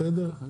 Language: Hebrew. בסדר?